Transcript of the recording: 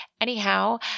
Anyhow